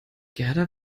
gerda